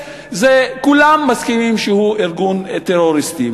וכולם מסכימים ש"תג מחיר" הוא ארגון טרוריסטי.